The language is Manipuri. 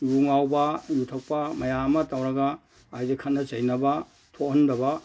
ꯌꯨ ꯉꯥꯎꯕ ꯌꯨ ꯊꯛꯄ ꯃꯌꯥꯝ ꯑꯃ ꯇꯧꯔꯒ ꯍꯥꯏꯗꯤ ꯈꯠꯅ ꯆꯩꯅꯕ ꯊꯣꯛꯍꯟꯗꯕ